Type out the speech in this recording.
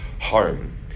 home